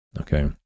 okay